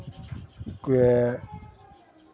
ᱮᱫ